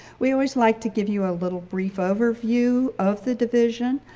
we always like to give you a little brief overview of the division.